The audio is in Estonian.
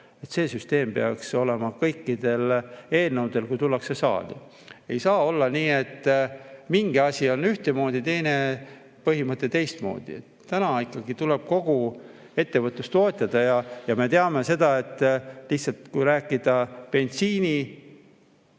See süsteem peaks olema kõikide eelnõude puhul, kui tullakse saali. Ei saa olla nii, et mingi asi on ühtemoodi, teine põhimõte teistmoodi. Täna ikkagi tuleb kogu ettevõtlust toetada ja me teame, et kui rääkida bensiiniaktsiisist,